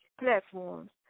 platforms